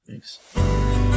Thanks